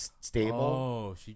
stable